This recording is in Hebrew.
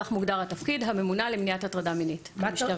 כך מוגדר התפקיד: הממונה למניעת הטרדה מינית במשטרת ישראל.